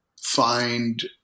find